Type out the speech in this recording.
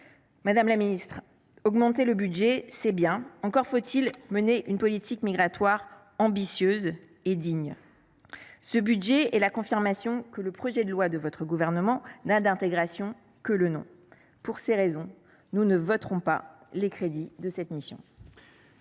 Madame la secrétaire d’État, augmenter les budgets, c’est bien ; encore faut il mener une politique migratoire ambitieuse et digne. Ce budget est la confirmation que le projet de loi de votre gouvernement n’a d’« intégration » que le nom. Pour toutes ces raisons, nous ne voterons pas les crédits de cette mission.